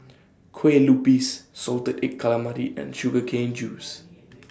Kueh Lupis Salted Egg Calamari and Sugar Cane Juice